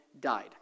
died